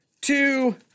two